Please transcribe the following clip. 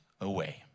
away